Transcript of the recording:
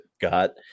got